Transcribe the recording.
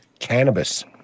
Cannabis